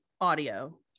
audio